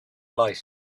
light